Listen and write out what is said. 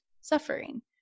suffering